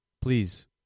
Please